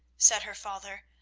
said her father,